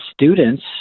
students